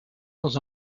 dans